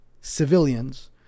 civilians